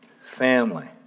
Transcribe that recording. family